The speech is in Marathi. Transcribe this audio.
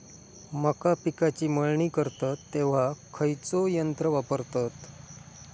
मका पिकाची मळणी करतत तेव्हा खैयचो यंत्र वापरतत?